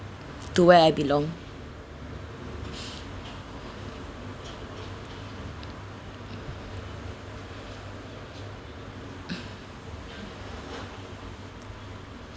to where I belong